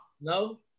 no